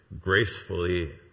gracefully